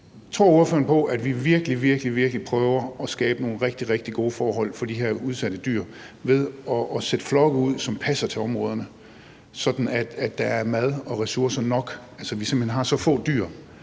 Tror ordføreren på, at vi virkelig, virkelig prøver at skabe nogle rigtig, rigtig gode forhold for de her udsatte dyr ved at sætte flokke ud, som passer til områderne, sådan at der er mad og ressourcer nok, altså så vi